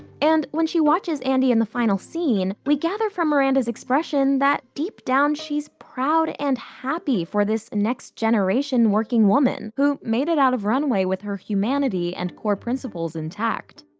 and when she watches andy in the final scene, we gather from miranda's expression that deep-down she's proud and happy for this next-generation working woman, who made it out of runway with her humanity and core principles intact.